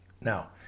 now